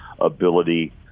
ability